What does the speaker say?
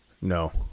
No